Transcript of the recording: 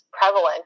prevalent